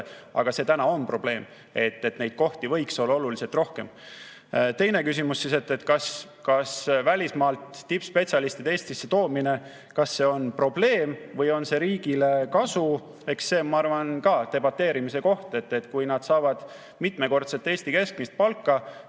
aga see on probleem ja neid kohti võiks olla oluliselt rohkem. Teine küsimus. Kas välismaalt tippspetsialistide Eestisse toomine on probleem või on see riigile kasu? Eks see on, ma arvan, ka debateerimise koht. Kui nad saavad mitmekordset Eesti keskmist palka,